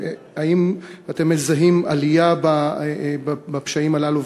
האם אתם מזהים עלייה בפשעים הללו,